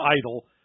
idle